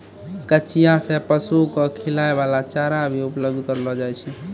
कचिया सें पशु क खिलाय वाला चारा भी उपलब्ध करलो जाय छै